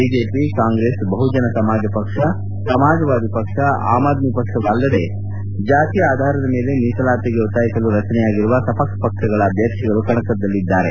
BJP Congress Bahujan Samaj ಪಕ್ಷ ಸಮಾಜವಾದಿ ಪಕ್ಷ ಆಮ್ ಅದ್ಮಿ ಪಕ್ಷ ಅಲ್ಲದೇ ಜಾತಿ ಆಧಾರದ ಮೇಲೆ ಮೀಸಲಾತಿಗೆ ಒತ್ನಾಯಿಸಲು ರಚನೆಯಾಗಿರುವ ಸಪಕ್ಷ್ ಪಕ್ಷಗಳ ಅಭ್ಯರ್ಥಿಗಳು ಕಣದಲ್ಲಿದ್ದಾರೆ